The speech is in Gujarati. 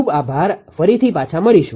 ખૂબ આભાર ફરીથી પાછા મળીશું